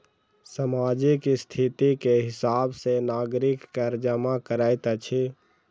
सामाजिक स्थिति के हिसाब सॅ नागरिक कर जमा करैत अछि